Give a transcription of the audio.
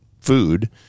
food